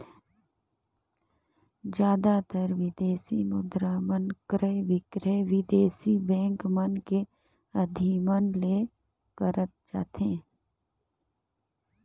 जादातर बिदेसी मुद्रा मन क्रय बिक्रय बिदेसी बेंक मन के अधिमन ले करत जाथे